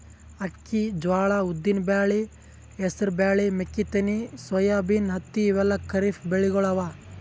ಅಕ್ಕಿ, ಜ್ವಾಳಾ, ಉದ್ದಿನ್ ಬ್ಯಾಳಿ, ಹೆಸರ್ ಬ್ಯಾಳಿ, ಮೆಕ್ಕಿತೆನಿ, ಸೋಯಾಬೀನ್, ಹತ್ತಿ ಇವೆಲ್ಲ ಖರೀಫ್ ಬೆಳಿಗೊಳ್ ಅವಾ